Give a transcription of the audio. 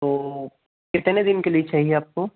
तो कितने दिन के लिए चाहिए आपको